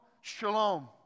shalom